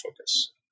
focus